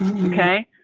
okay,